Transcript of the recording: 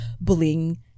bullying